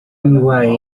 wei